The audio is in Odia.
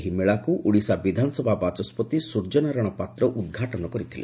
ଏହି ମେଳାକୁ ଓଡ଼ିଶା ବିଧାନସଭା ବାଚସ୍ୱତି ସ୍ୱର୍ଯ୍ୟନାରାୟଶ ପାତ୍ର ଉଦ୍ଘାଟନ କରିଥିଲେ